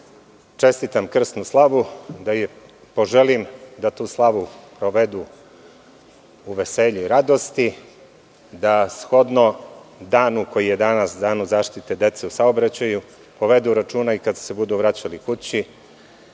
čestitam krsnu slavu, da im poželim da tu slavu provedu u veselju i radosti, da shodno danu koji je danas, Danu zaštite dece u saobraćaju, povedu računa i kad se budu vraćali kući.